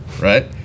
right